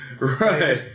Right